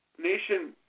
nation